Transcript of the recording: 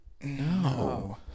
No